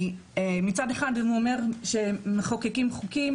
מצד אחד הוא אומר שמחוקקים חוקים